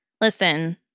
Listen